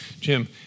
Jim